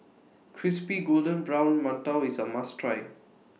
Crispy Golden Brown mantou IS A must Try